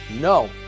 No